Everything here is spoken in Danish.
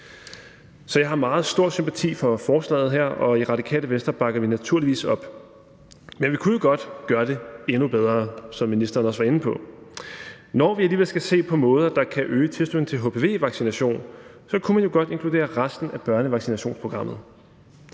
Så jeg har meget stor sympati for forslaget her, og i Radikale Venstre bakker vi det naturligvis op. Men vi kunne jo godt gøre det endnu bedre, som ministeren også var inde på. Når vi alligevel skal se på måder, der kan øge tilslutningen til hpv-vaccination, kunne man jo godt inkludere resten af børnevaccinationsprogrammet,